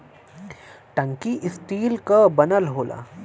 टंकी स्टील क बनल होला